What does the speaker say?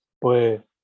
Pues